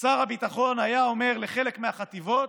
שר הביטחון היה אומר לחלק מהחטיבות: